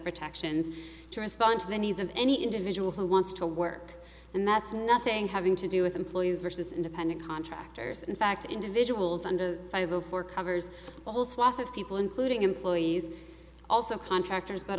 protections to respond to the needs of any individual who wants to work and that's nothing having to do with employees versus independent contractors in fact individuals under five zero four covers a whole swath of people including employees also contractors but